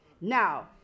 Now